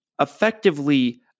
effectively